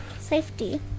Safety